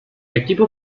equipo